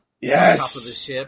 Yes